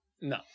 No